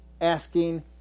asking